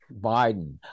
Biden